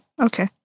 Okay